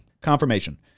Confirmation